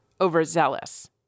overzealous